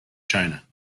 china